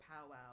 powwow